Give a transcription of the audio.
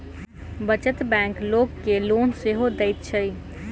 बचत बैंक लोक के लोन सेहो दैत छै